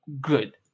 good